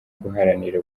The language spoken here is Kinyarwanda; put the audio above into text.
guharanira